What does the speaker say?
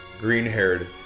green-haired